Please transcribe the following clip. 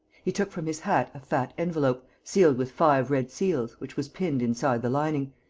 he took from his hat a fat envelope, sealed with five red seals, which was pinned inside the lining,